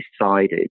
decided